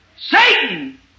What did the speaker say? Satan